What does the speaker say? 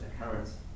occurrence